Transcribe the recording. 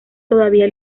todavía